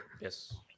yes